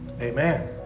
Amen